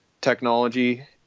technology